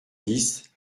dix